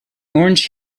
orange